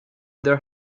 there